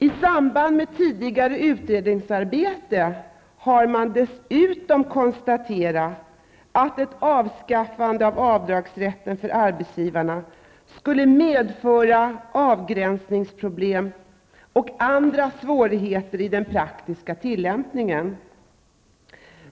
I samband med tidigare utredningsarbete har man dessutom konstaterat att ett avskaffande av avdragsrätten för arbetsgivarna skulle medföra avgränsningsproblem och andra svårigheter i den praktiska tillämpningen.